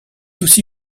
aussi